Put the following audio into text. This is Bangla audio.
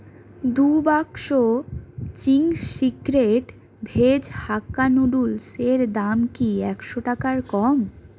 দু বাক্স চিংস সিক্রেট ভেজ হাক্কা নুডু্লসের দাম কি একশো টাকার কম